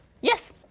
Yes